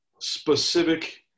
specific